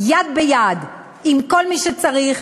יד ביד עם כל מי שצריך,